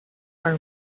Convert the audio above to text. are